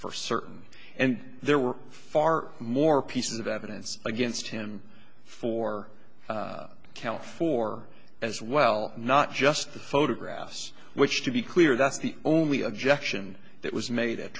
for certain and there were far more pieces of evidence against him for calif for as well not just the photographs which to be clear that's the only objection that was made at